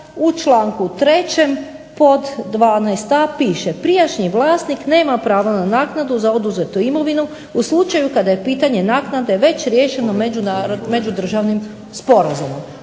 u članku 3. pod 12a. piše prijašnji vlasnik nema pravo na naknadu za oduzetu imovinu u slučaju kada je pitanje naknade već riješeno međudržavnim sporazumom.